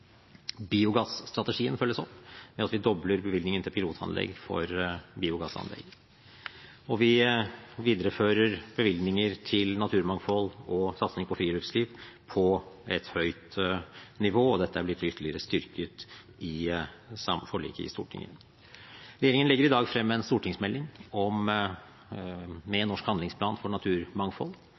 Biogasstrategien følges opp ved at vi dobler bevilgningen til pilotanlegg for biogassanlegg. Vi viderefører bevilgningen til naturmangfold og satsing på friluftsliv på et høyt nivå, og dette er blitt ytterligere styrket gjennom forliket i Stortinget. Regjeringen legger i dag frem en stortingsmelding med en norsk handlingsplan for naturmangfold.